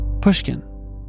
pushkin